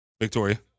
Victoria